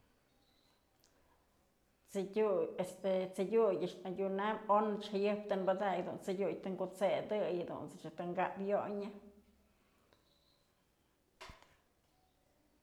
T'sedyut este t'sedyut ëch adyunam on jëyëp tën padakyë jadunt's t'sedyut tën kut'sëdëy jadunt's ëch tën kapyonyë.